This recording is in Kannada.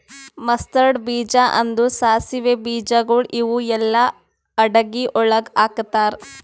ಮಸ್ತಾರ್ಡ್ ಬೀಜ ಅಂದುರ್ ಸಾಸಿವೆ ಬೀಜಗೊಳ್ ಇವು ಎಲ್ಲಾ ಅಡಗಿ ಒಳಗ್ ಹಾಕತಾರ್